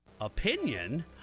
opinion